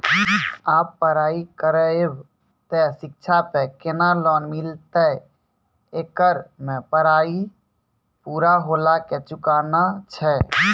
आप पराई करेव ते शिक्षा पे केना लोन मिलते येकर मे पराई पुरा होला के चुकाना छै?